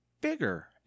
bigger